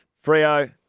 frio